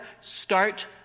start